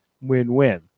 win-win